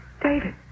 David